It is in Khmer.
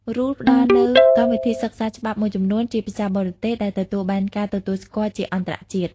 RULE ផ្តល់ជូននូវកម្មវិធីសិក្សាច្បាប់មួយចំនួនជាភាសាបរទេស ដែលទទួលបានការទទួលស្គាល់ជាអន្តរជាតិ។